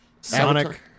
Sonic